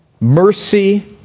mercy